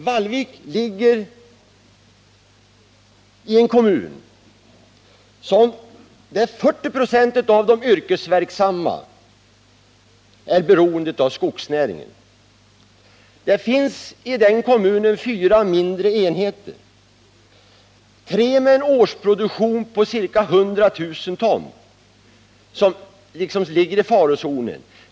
Vallvik ligger i en kommun där 4096 av de Fredagen den yrkesverksamma är direkt eller indirekt beroende av skogsnäringen. Det 8 juni 1979 finns i den kommunen fyra mindre enheter — tre med en årsproduktion på ca 100 000 ton — som ligger i farozonen.